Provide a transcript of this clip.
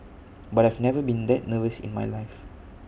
but I've never been that nervous in my life